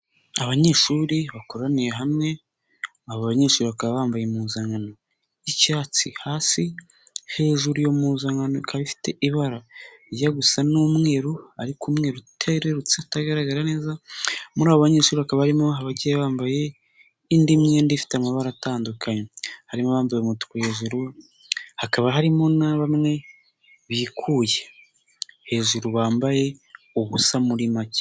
Abanyeshuri bakoraniye hamwe. Aba banyeshuri bakaba bambaye impuzankano y'icyatsi hasi, hejuru mu ika ifite ibarajya gusa n'umweru ariko umwe rutererutse itagaragara neza. Muri abo banyeshuri bakaba barimo abagiye bambaye indi myenda ifite amabara atandukanye, harimo abambaye umutuku hejuru, hakaba harimo na bamwe bikuye hejuru bambaye ubusa muri make.